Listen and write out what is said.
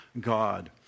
God